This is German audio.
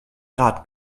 rat